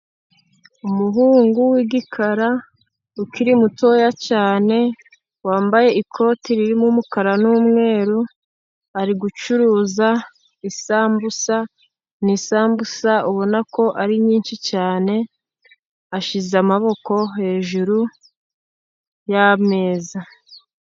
Umuhungu w'igikara ukiri mutoya cyane, wambaye ikoti ririmo umukara n'umweru, ari gucuruza isambusa. Ni isambusa ubona ko ari nyinshi cyane, ashyize amaboko hejuru y'ameza.